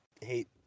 hate